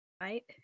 right